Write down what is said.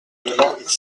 trois